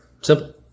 Simple